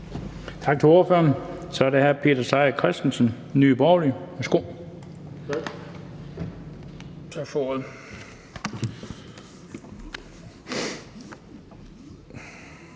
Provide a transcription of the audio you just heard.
Tak til ordføreren. Så er det hr. Peter Seier Christensen, Nye Borgerlige.